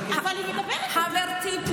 זה אמיתי.